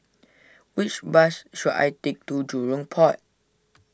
which bus should I take to Jurong Port